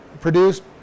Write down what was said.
produced